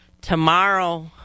Tomorrow